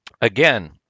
Again